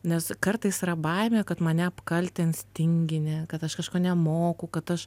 nes kartais yra baimė kad mane apkaltins tingine kad aš kažko nemoku kad aš